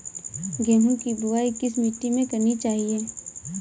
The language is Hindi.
गेहूँ की बुवाई किस मिट्टी में करनी चाहिए?